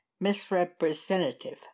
misrepresentative